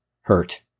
hurt